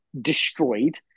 destroyed